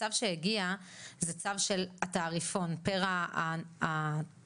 הצו שהגיע זה הצו של התעריפון פר התחומים